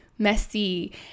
messy